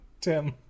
Tim